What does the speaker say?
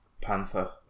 Panther